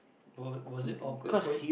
w~ was it awkward for y~